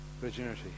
virginity